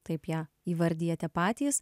taip ją įvardijate patys